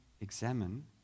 examine